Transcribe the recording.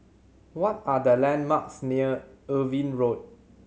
what are the landmarks near Irving Road